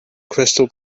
crystal